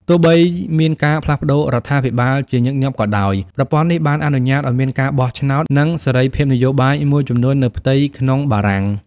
ទោះបីមានការផ្លាស់ប្ដូររដ្ឋាភិបាលជាញឹកញាប់ក៏ដោយ ប្រព័ន្ធនេះបានអនុញ្ញាតឱ្យមានការបោះឆ្នោត និងសេរីភាពនយោបាយមួយចំនួននៅផ្ទៃក្នុងបារាំង។